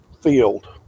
field